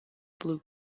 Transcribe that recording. blue